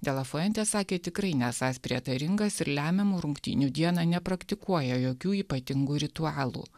de la fuente sakė tikrai nesąs prietaringas ir lemiamų rungtynių dieną nepraktikuoja jokių ypatingų ritualų